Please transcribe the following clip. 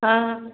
हाँ